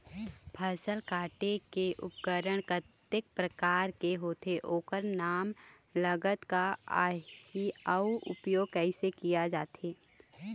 फसल कटेल के उपकरण कतेक प्रकार के होथे ओकर नाम लागत का आही अउ उपयोग कैसे किया जाथे?